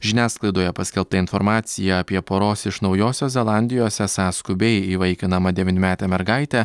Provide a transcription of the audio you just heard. žiniasklaidoje paskelbta informacija apie poros iš naujosios zelandijos esą skubiai įvaikinamą devynmetę mergaitę